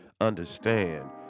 understand